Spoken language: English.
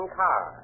car